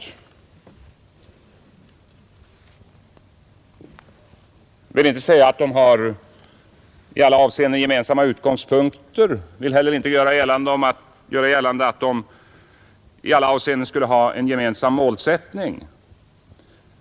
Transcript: Jag vill inte säga att de har i alla avseenden gemensamma utgångspunkter och vill heller inte göra gällande att de i alla avseenden skulle ha en gemensam målsättning.